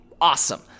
awesome